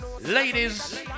Ladies